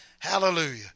Hallelujah